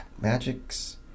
Magics